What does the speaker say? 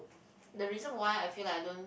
the reason why I feel like I don't